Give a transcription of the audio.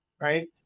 Right